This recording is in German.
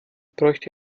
bräuchte